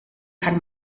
kann